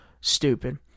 Stupid